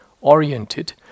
oriented